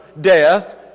death